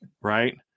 right